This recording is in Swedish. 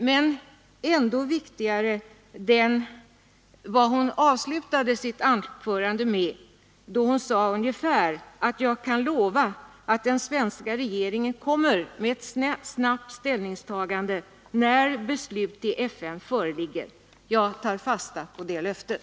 Men ännu viktigare var det som hon avslutade sitt anförande med. Hon sade att hon kunde lova att den svenska regeringen återkommer med ett snabbt ställningstagande när beslut i FN föreligger. Jag tar fasta på det löftet.